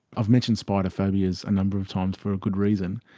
i've mentioned spider phobias a number of times for a good reason.